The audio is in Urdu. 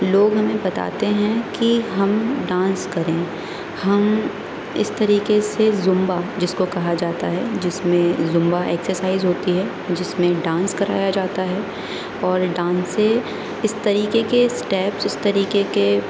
لوگ ہمیں بتاتے ہیں کہ ہم ڈانس کریں ہم اس طریقے سے زمبہ جس کو کہا جاتا ہے جس میں زمبہ ایکسرسائز ہوتی ہے جس میں ڈانس کرایا جاتا ہے اور ڈانس سے اس طریقے کے اسٹیپس اس طریقے کے